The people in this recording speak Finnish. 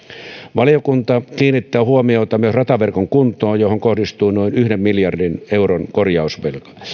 valiokunta kiinnittää huomiota myös rataverkon kuntoon johon kohdistuu noin yhden miljardin euron korjausvelka